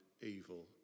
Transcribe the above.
evil